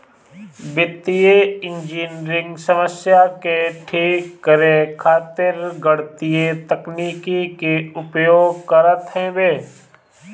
वित्तीय इंजनियरिंग समस्या के ठीक करे खातिर गणितीय तकनीकी के उपयोग करत हवे